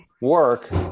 work